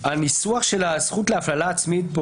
הניסוח של הזכות להפללה עצמית כאן,